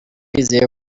bizeye